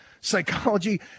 psychology